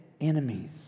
enemies